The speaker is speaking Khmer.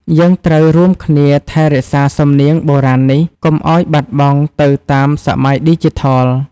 យើងត្រូវរួមគ្នាថែរក្សាសំនៀងបុរាណនេះ កុំឱ្យបាត់បង់ទៅតាមសម័យឌីជីថល។